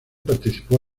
participó